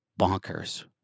bonkers